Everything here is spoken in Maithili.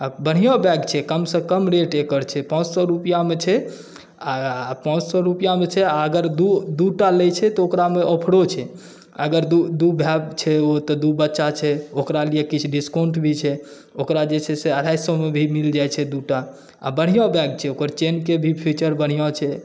आ बढ़िआँ बैग छै कमसँ कम रेट एकर छै पाँच सओ रुपैआमे छै आ पाँच सओ रुपैआमे छै आ अगर दूटा लै छै तऽ ओकरामे ऑफ़रो छै अगर दू भाइ छै ओ तऽ दू बच्चा छै ओकरा लिए किछु डिस्काउन्ट भी छै ओकरा जे छै से अढ़ाई सओमे भी मिल जाइ छै दूटा आ बढ़िओ बैग छै ओकर चेनके भी फ़ीचर बढ़िआँ छै